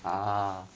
ah